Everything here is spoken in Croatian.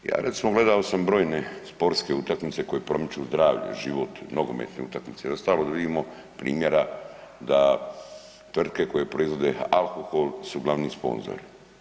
Ja recimo gledao sam brojne sportske utakmice koje promiču zdravi život nogometne utakmice i ostalo da vidimo primjera da tvrtke koje proizvode alkohol su glavni sponzori.